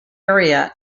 area